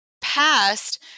past